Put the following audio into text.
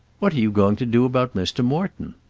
what are you going to do about mr. morton?